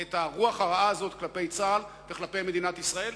את הרוח הרעה הזאת כלפי צה"ל וכלפי מדינת ישראל,